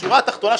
השורה תחתונה,